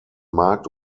markt